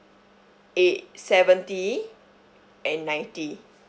eight seventy and ninety